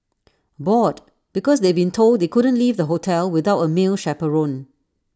bored because they'd been told they couldn't leave the hotel without A male chaperone